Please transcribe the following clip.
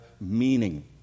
meaning